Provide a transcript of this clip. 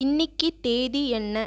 இன்னிக்கு தேதி என்ன